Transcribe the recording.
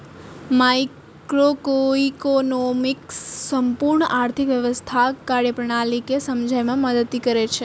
microeconomics संपूर्ण आर्थिक व्यवस्थाक कार्यप्रणाली कें समझै मे मदति करै छै